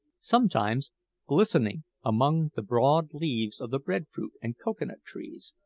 sometimes glistening among the broad leaves of the bread-fruit and cocoa-nut trees,